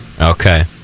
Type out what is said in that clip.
Okay